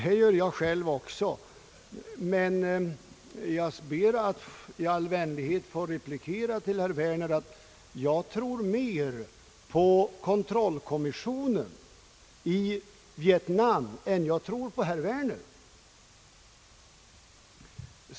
Det gör jag själv också, men jag ber att i all vänlighet få replikera till herr Werner att jag tror mera på kontrollkommissionen i Vietnam än jag tror på herr Werner.